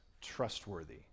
trustworthy